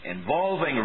involving